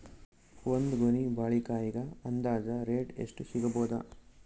ಒಂದ್ ಗೊನಿ ಬಾಳೆಕಾಯಿಗ ಅಂದಾಜ ರೇಟ್ ಎಷ್ಟು ಸಿಗಬೋದ?